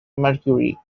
mercury